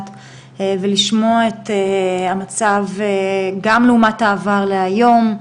ולשמוע את המצב גם לעומת העבר להיום,